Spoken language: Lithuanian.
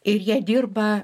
ir jie dirba